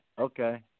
Okay